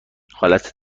حالت